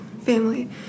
family